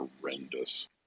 horrendous